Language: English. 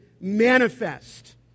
manifest